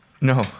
No